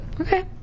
Okay